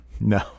No